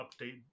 update